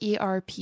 ERP